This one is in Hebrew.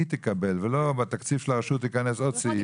היא תקבל ולא שבתקציב הרשות ייכנס עוד סעיף.